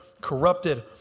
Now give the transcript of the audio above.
corrupted